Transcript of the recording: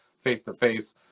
face-to-face